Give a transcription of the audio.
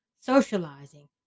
socializing